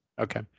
Okay